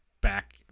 back